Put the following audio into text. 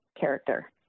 character